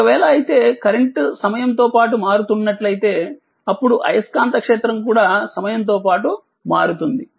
ఒకవేళఅయితేకరెంట్ సమయం తో పాటు మారుతున్నట్లయితే అప్పుడు అయస్కాంత క్షేత్రం కూడా సమయంతో పాటు మారుతుంది